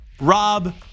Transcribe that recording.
Rob